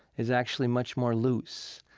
is actually much more loose.